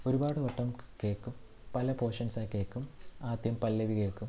ഒരുപാട് വട്ടം കേൾക്കും പല പോർഷൻസായി കേൾക്കും ആദ്യം പല്ലവി കേൾക്കും